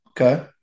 Okay